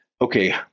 okay